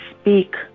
speak